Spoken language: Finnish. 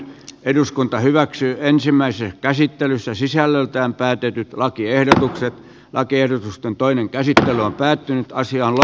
eduskunta hyväksyy ensimmäisen toivon ja odotan että tuomioistuimet myöskin noudattavat tätä valiokunnan mietinnön selkeää kantaa